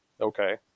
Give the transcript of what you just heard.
Okay